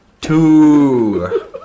two